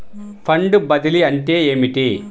Fund బదిలీ అంటే ఏమిటి?